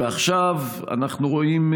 ועכשיו אנחנו רואים,